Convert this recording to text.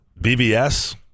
BBS